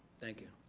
thank you.